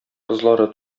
кызлары